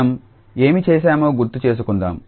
మనం ఏమి చేశామో గుర్తు చేసుకుందాం